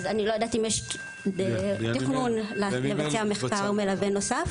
אז אני לא יודעת אם יש תכנון לבצע מחקר מלווה נוסף.